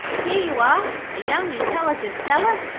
here you are, a young intelligent feller,